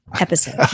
episode